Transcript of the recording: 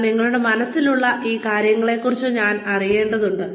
എന്നാൽ നിങ്ങളുടെ മനസിലുള്ള ഈ കാര്യങ്ങളെക്കുറിച്ച് നിങ്ങൾ അറിയേണ്ടതുണ്ട്